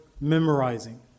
memorizing